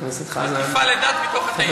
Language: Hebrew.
הטפה לדת מתוך אתאיסטיות.